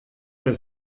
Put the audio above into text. der